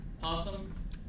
possum